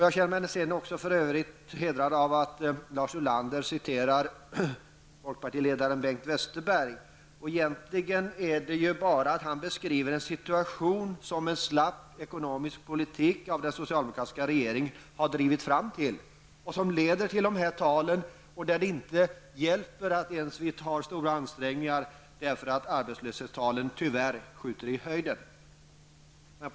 Jag känner mig hedrad av att Lars Ulander citerar folkpartiledaren Bengt Westerberg. Men han beskriver egentligen bara en situation, som en slapp ekonomisk politik av den socialdemokratiska regeringen har lett fram till och som leder till dessa tal. Då hjälper det inte ens att göra stora ansträngningar, eftersom arbetslöshetstalen tyvärr skjuter i höjden.